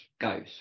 goes